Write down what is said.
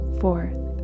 fourth